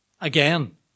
Again